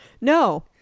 No